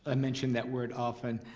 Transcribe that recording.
ah mention that word often.